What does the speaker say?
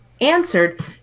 answered